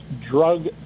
drug